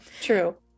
True